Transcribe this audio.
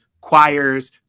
choirs